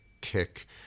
kick